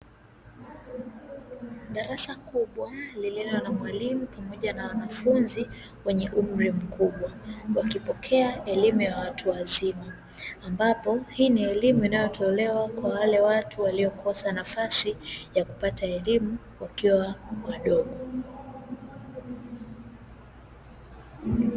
Darasa kubwa lililo na mwalimu pamoja na wanafunzi wenye umri mkubwa, wakipokea elimu ya watu wazima. Ambapo hii ni elimu inayotolewa kwa wale watu waliokosa nafasi ya kupata elimu wakiwa wadogo.